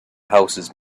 houses